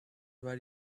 were